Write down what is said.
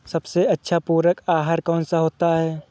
सबसे अच्छा पूरक आहार कौन सा होता है?